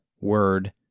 Word